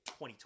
2020